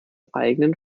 eigenen